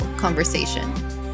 conversation